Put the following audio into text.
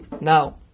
Now